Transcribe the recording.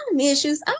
issues